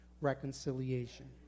reconciliation